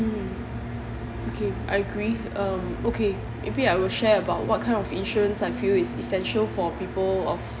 okay I agree um okay maybe I will share about what kind of insurance I feel is essential for people of